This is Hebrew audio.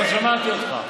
לא שמעתי אותך.